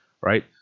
right